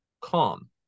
calm